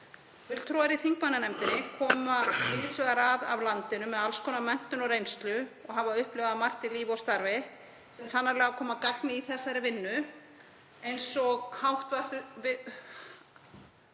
Fulltrúar í þingmannanefndinni koma víðs vegar að af landinu með alls konar menntun og reynslu og hafa upplifað margt í lífi og starfi sem sannarlega kom að gagni í þessari vinnu. Eins og hv. þm. Helga Vala